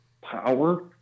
power